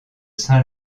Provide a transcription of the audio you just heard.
saint